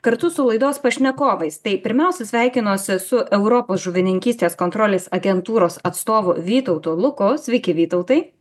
kartu su laidos pašnekovais tai pirmiausia sveikinuosi su europos žuvininkystės kontrolės agentūros atstovu vytautu luku sveiki vytautai